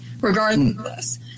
regardless